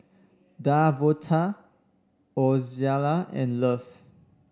Davonta Ozella and Love